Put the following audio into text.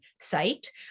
site